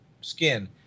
skin